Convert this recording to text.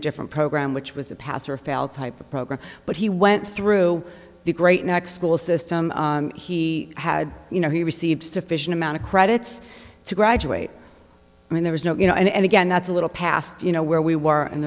a different program which was a pass or fail type of program but he went through the great neck school system he had you know he received sufficient amount of credits to graduate and there was no you know and again that's a little past you know where we were